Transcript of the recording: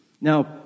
Now